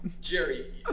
Jerry